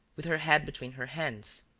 with her head between her hands.